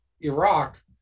Iraq